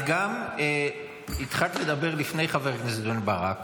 את גם התחלת לדבר לפני חבר הכנסת בן ברק,